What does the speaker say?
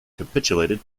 capitulated